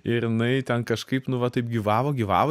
ir jinai ten kažkaip nu va taip gyvavo gyvavo